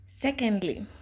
Secondly